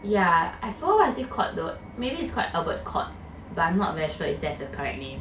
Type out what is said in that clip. ya I forgot what is it called though maybe it's called albert court but I'm not very sure if there's a correct name